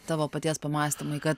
tavo paties pamąstymai kad